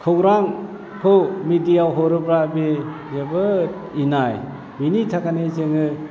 खौरांखौ मिडियाआव हरोब्ला बे जोबोद इनाय बेनि थाखायनो जोङो